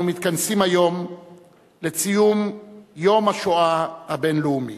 אנו מתכנסים היום לציון יום השואה הבין-לאומי.